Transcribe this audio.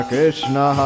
Krishna